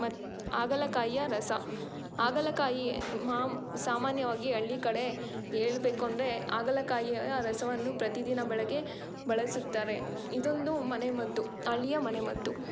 ಮತ್ತು ಹಾಗಲಕಾಯಿಯ ರಸ ಹಾಗಲಕಾಯಿ ಮಾಮ್ ಸಾಮಾನ್ಯವಾಗಿ ಹಳ್ಳಿ ಕಡೆ ಹೇಳ್ಬೇಕೂಂದ್ರೆ ಆಗಲಕಾಯಿಯ ರಸವನ್ನು ಪ್ರತಿದಿನ ಬೆಳಗ್ಗೆ ಬಳಸುತ್ತಾರೆ ಇದೊಂದು ಮನೆಮದ್ದು ಹಳ್ಳಿಯ ಮನೆಮದ್ದು